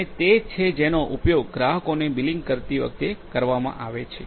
અને તે જ છે જેનો ઉપયોગ ગ્રાહકોને બિલિંગ કરતી વખતે કરવામાં આવે છે